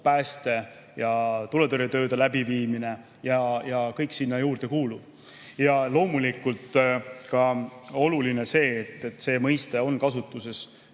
ja tuletõrjetööde läbiviimine ja kõik sinna juurde kuuluv. Ja loomulikult, oluline on ka see, et see mõiste on kasutuses